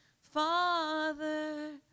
Father